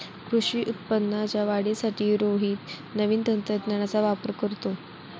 कृषी उत्पादनाच्या वाढीसाठी रोहित नवीन तंत्रज्ञानाचा वापर करतो